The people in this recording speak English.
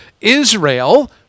Israel